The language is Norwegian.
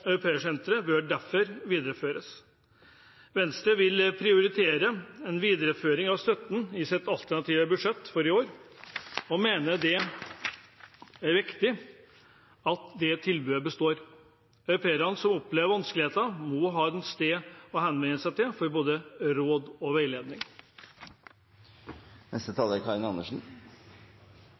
bør derfor videreføres. Venstre prioriterer en videreføring av støtten i sitt alternative budsjett for i år og mener det er viktig at det tilbudet består. Au pairer som opplever vanskeligheter, må ha et sted å henvende seg til for både råd og veiledning. SV har tatt initiativ til dette forslaget fordi erfaringen er